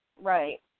Right